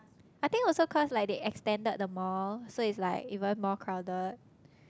I think also cause like they extended the mall so is like even more crowded